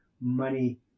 money